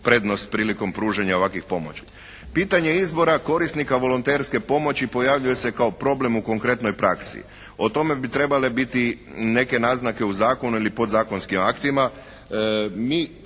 Pitanje izbora korisnika volonterske pomoći pojavljuje se kao problem u konkretnoj praksi. O tome bi trebale biti neke naznake u zakonu ili podzakonskim aktima.